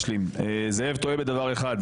זאב טועה בדבר אחד,